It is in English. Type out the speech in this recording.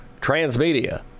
Transmedia